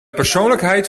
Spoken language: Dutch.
persoonlijkheid